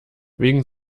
wegen